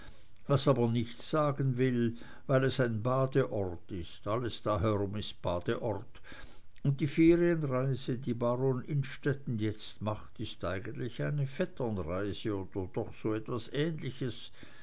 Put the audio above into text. was aber nichts sagen will weil es ein badeort ist alles da herum ist badeort und die ferienreise die baron innstetten jetzt macht ist eigentlich eine vetternreise oder doch etwas ähnliches